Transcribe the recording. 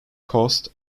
cost